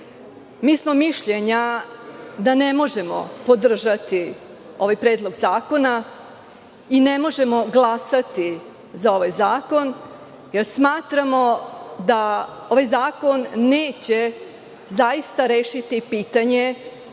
zakona, mišljenja smo da ne možemo podržati ovaj predlog zakona, ne možemo glasati za ovaj zakon, jer smatramo da ovaj zakon neće zaista rešiti pitanje